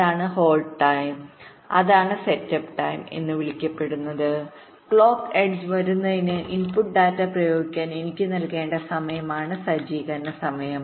അതാണ് hold time അതാണ് setup സമയം എന്ന് വിളിക്കപ്പെടുന്നത് ക്ലോക്ക് എഡ്ജ് വരുന്നതിനുമുമ്പ് ഇൻപുട്ട് ഡാറ്റ പ്രയോഗിക്കാൻ എനിക്ക് നൽകേണ്ട സമയമാണ് സജ്ജീകരണ സമയം